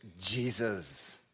Jesus